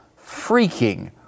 freaking